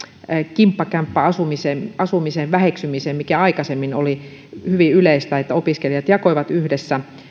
kimppakämppäasumisen väheksymiseen mikä aikaisemmin oli hyvin yleistä että opiskelijat jakoivat yhdessä